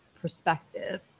perspective